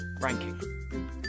Ranking